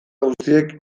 guztiek